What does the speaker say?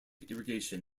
irrigation